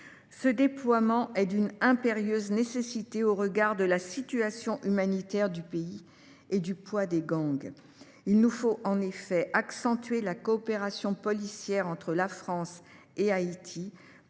Ce déploiement est d’une impérieuse nécessité au regard de la situation humanitaire du pays et du poids des gangs. Il nous faut en effet accentuer la coopération policière entre la France et Haïti,